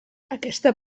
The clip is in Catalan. aquesta